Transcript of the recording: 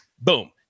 Boom